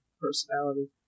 personality